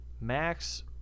Max